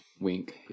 wink